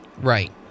Right